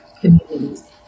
communities